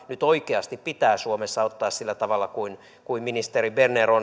pitää nyt oikeasti suomessa ottaa sillä tavalla kuin kuin ministeri berner